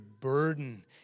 burden